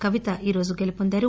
కవిత ఈరోజు గెలుపొందారు